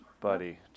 buddy